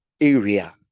area